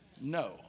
No